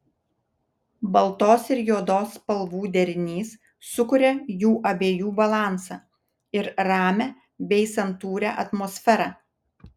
baltos ir juodos spalvų derinys sukuria jų abiejų balansą ir ramią bei santūrią atmosferą